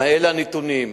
ואלה הם הנתונים.